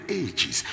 ages